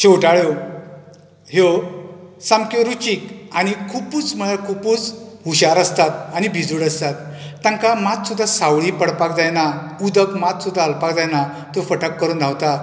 शेवटाळ्यो ह्यो सामक्यो रुचीक आनी खुबूच म्हळ्यार खुबूच हुशार आसता आनी भिजूड आसतात तांकां मात सुद्दां सावळी पडपाक जायना उदक मात सुद्दां हालपाक जायना तो फटक करून धांवता